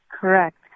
Correct